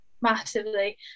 Massively